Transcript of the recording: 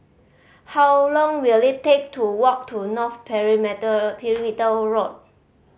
how long will it take to walk to North Perimeter Road